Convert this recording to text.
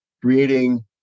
creating